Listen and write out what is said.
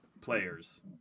players